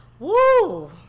Woo